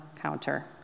counter